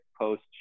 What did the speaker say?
post